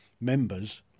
members